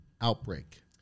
outbreak